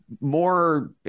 more